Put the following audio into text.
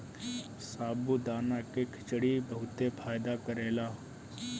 साबूदाना के खिचड़ी बहुते फायदा करेला